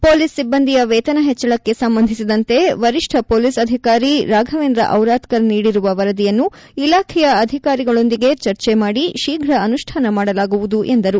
police ಸಿಬ್ಬಂದಿಯ ವೇತನ ಹೆಚ್ಚಳಕ್ಕೆ ಸಂಬಂಧಿಸಿದಂತೆ ವರಿಷ್ಠ ಪೊಲೀಸ್ ಅಧಿಕಾರಿ ರಾಫವೇಂದ್ರ ಟಿರಾದ್ಕರ್ ನೀಡಿರುವ ವರದಿಯನ್ನು ಇಲಾಖೆಯ ಅಧಿಕಾರಿಗಳೊಂದಿಗೆ ಚರ್ಚೆ ಮಾಡಿ ಶೀಘ ಅನುಷ್ಠಾನ ಮಾಡಲಾಗುವುದು ಎಂದರು